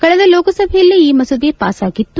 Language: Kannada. ಕಳೆದ ಲೋಕಸಭೆಯಲ್ಲಿ ಈ ಮಸೂದೆ ಪಾಸಾಗಿತ್ತು